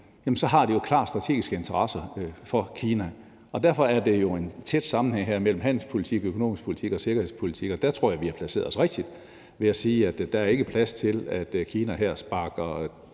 de har klar strategisk interesse for Kina. Derfor er der jo en tæt sammenhæng her mellem handelspolitik, økonomisk politik og sikkerhedspolitik, og der tror jeg, at vi har placeret os rigtigt ved at sige, at der ikke er plads til, at Kina her sparker